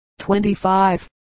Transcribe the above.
25